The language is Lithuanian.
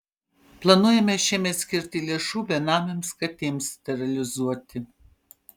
planuojame šiemet skirti lėšų benamėms katėms sterilizuoti